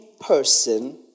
person